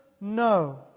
No